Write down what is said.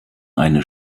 eine